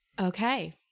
Okay